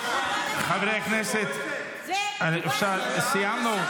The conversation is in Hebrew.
חברי הכנסת, סיימנו?